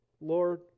Lord